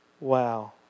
Wow